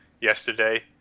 yesterday